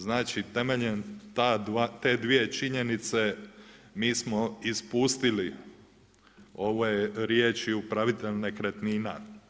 Znači temeljem te dvije činjenice mi smo ispustili, ovo je riječi upravitelja nekretnina.